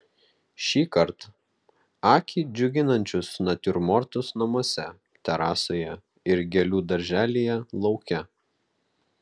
šįkart akį džiuginančius natiurmortus namuose terasoje ir gėlių darželyje lauke